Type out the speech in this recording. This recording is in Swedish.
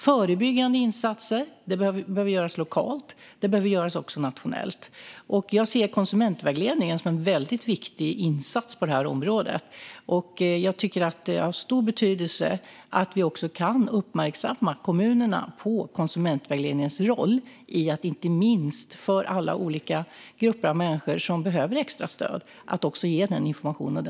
Förebyggande insatser behöver göras lokalt och nationellt. Jag ser konsumentvägledningen som en viktig insats på det här området, och jag tycker att det har stor betydelse att vi kan uppmärksamma kommunerna på konsumentvägledningens roll i att ge information och service, inte minst för alla olika grupper av människor som behöver extra stöd.